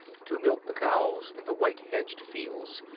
to milk the cows in the white-hedged fields,